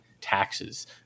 taxes